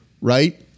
right